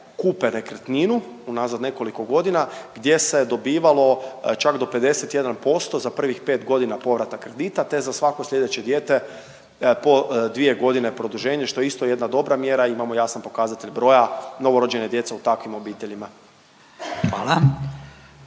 kupe nekretninu unazad nekoliko godina gdje se je dobivalo čak do 51% za prvih pet godina povrata kredita te za svako sljedeće dijete po dvije godine produženja što je isto jedna dobra mjera i imamo jasan pokazatelj broja novorođene djece u takvim obiteljima.